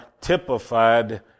typified